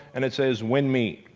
and it says win me,